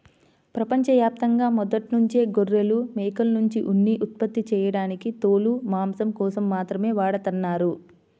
ప్రపంచ యాప్తంగా మొదట్నుంచే గొర్రెలు, మేకల్నుంచి ఉన్ని ఉత్పత్తి చేయడానికి తోలు, మాంసం కోసం మాత్రమే వాడతన్నారు